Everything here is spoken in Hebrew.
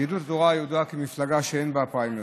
יהדות התורה ידועה כמפלגה שאין בה פריימריז,